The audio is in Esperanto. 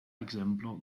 ekzemplo